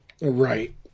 Right